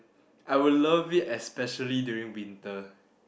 I would love it especially during winter